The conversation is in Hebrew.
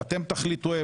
ואתם תחליטו,